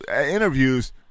interviews